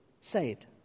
saved